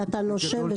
ואתה נושם.